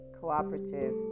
cooperative